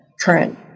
current